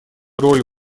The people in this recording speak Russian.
роль